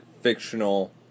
fictional